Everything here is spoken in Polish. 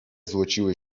złociły